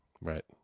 right